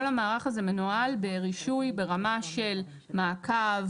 כל המערך הזה מנוהל ברישוי ברמה של מעקב,